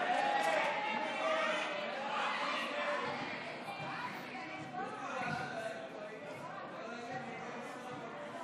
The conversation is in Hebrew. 43, נגד, 52. ההסתייגות לא התקבלה.